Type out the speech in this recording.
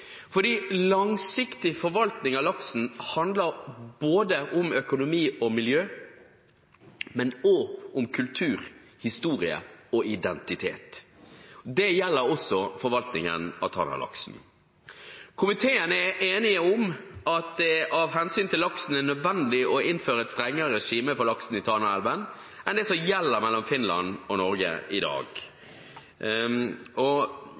fordi langsiktig forvaltning av laksen handler om både økonomi og miljø, men også om kultur, historie og identitet. Det gjelder også forvaltningen av Tana-laksen. Komiteen er enig i at det av hensyn til laksen er nødvendig å innføre et strengere regime for laksen i Tanaelven enn det som gjelder mellom Finland og Norge i dag.